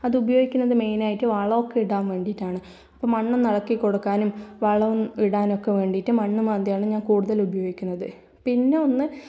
അത് ഉപയോഗിക്കുന്നത് മെയിനായിട്ട് വളമൊക്കെ ഇടാൻ വേണ്ടിയിട്ടാണ് അപ്പോൾ മണ്ണൊന്ന് ഇളക്കി കൊടുക്കുവാനും വളം ഇടാനുമൊക്കെ വേണ്ടിയിട്ട് മണ്ണ് മാന്തിയാണ് ഞാൻ കൂടുതൽ ഉപയോഗിക്കുന്നത് പിന്നെ ഒന്ന്